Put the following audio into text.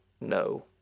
no